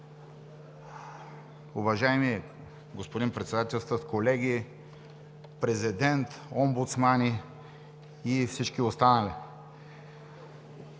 уважаеми господин Председателстващ, колеги, Президент, омбудсмани и всички останали!